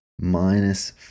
minus